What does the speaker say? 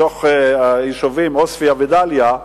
בתוך היישובים עוספיא ודאליה.